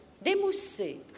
d'émousser